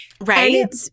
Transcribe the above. Right